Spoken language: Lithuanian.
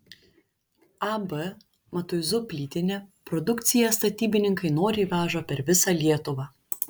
ab matuizų plytinė produkciją statybininkai noriai veža per visą lietuvą